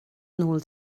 nôl